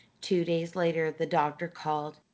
two days later the doctor called.